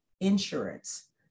insurance